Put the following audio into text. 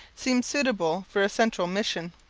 seemed suitable for a central mission.